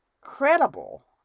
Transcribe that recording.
credible